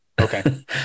Okay